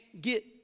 get